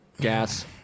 gas